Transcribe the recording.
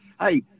hey